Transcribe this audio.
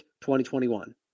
2021